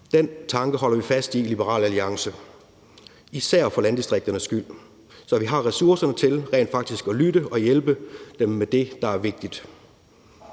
Den tanke holder vi fast i i Liberal Alliance, især for landdistrikternes skyld, så vi har ressourcerne til rent faktisk at lytte og hjælpe dem med det, der er vigtigt,